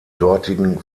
dortigen